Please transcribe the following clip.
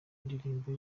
indirimbo